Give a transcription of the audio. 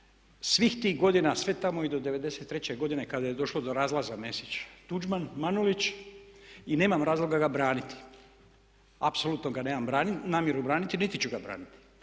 svih tih godina, sve tamo i do 93.-te godine kada je došlo do razlaza Mesić-Tuđman-Manolić i nemam razloga ga braniti, apsolutno ga nemam namjeru braniti niti ću ga braniti.